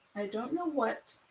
i don't know what,